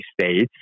states